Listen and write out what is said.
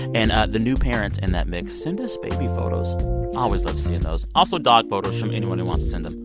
and the new parents in that mix, send us baby photos. i always love seeing those, also dog photos from anyone who wants to send them.